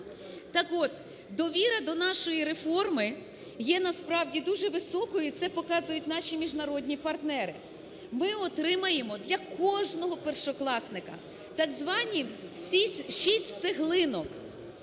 Так от, довіра до нашої реформи є насправді дуже високою, і це показують наші міжнародні партнери. Ми отримаємо для кожного першокласника так звані шість цеглинок,